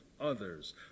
others